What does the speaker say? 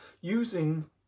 using